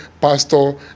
Pastor